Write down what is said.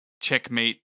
Checkmate